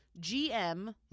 GM